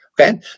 Okay